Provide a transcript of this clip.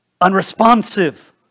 unresponsive